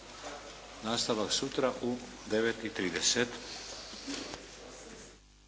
nastavak sutra u 9 i 30.